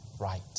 right